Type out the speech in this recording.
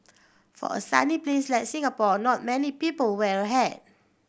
for a sunny place like Singapore a lot many people wear a hat